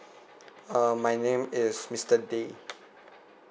um my name is mister day